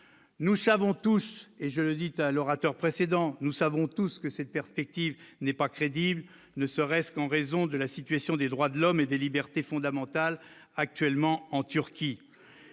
nous savons tous, et je le dit à l'orateur précédent nous savons tous que cette perspective n'est pas crédible, ne serait-ce qu'en raison de la situation des droits de l'homme et des libertés fondamentales, actuellement en Turquie